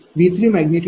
0082। 0